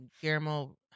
Guillermo